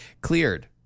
cleared